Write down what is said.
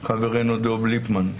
חברנו דב ליפמן.